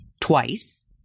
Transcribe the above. twice